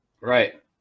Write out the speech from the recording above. Right